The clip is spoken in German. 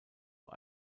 nur